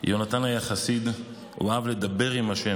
יהונתן היה חסיד, הוא אהב לדבר עם השם,